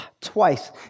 twice